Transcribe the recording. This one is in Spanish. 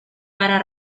para